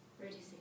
reducing